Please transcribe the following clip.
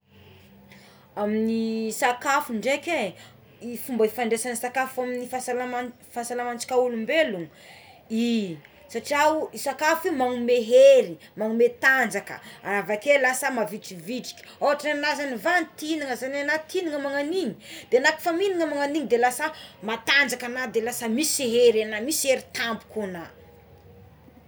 Amin'ny sakafo draiky i ny fomba ifandraisa ny sakafo amin'ny fahasalamana ny fahasalamana ntsika olombelogno i satri ao sakafo io manome hery manome tanjaka avakeo lasa mavitribitrika ôhatra anah zagny va- ti-hignagna zany na ti-hignagna magnagn'igny de la kôfa mignana magnan'igny de lasa mantanjaka ana de lasa misy hery ana misy hery tampoka ana.